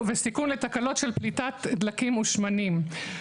וסיכון לתקלות של פליטת דלקים מושמנים.